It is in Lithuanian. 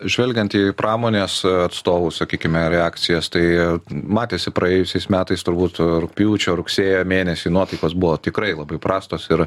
žvelgiant į pramonės atstovų sakykime reakcijas tai matėsi praėjusiais metais turbūt rugpjūčio rugsėjo mėnesį nuotaikos buvo tikrai labai prastos ir